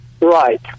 Right